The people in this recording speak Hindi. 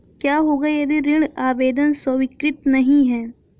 क्या होगा यदि ऋण आवेदन स्वीकृत नहीं है?